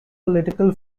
political